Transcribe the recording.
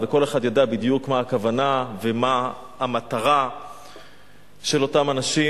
וכל אחד יודע בדיוק מה הכוונה ומה המטרה של אותם אנשים